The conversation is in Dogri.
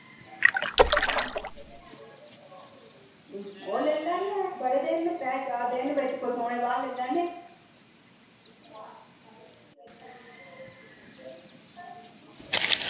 ओह् लेई लैने आं बड़े दिन न त्रै चार दिन न बिच परसोनै दे बाद लेई लैन्ने आं